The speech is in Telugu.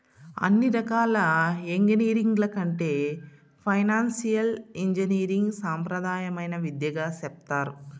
అన్ని రకాల ఎంగినీరింగ్ల కంటే ఫైనాన్సియల్ ఇంజనీరింగ్ సాంప్రదాయమైన విద్యగా సెప్తారు